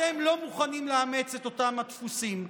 אתם לא מוכנים לאמץ את אותם הדפוסים.